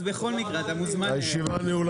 הישיבה ננעלה